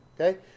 okay